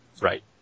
Right